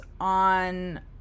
on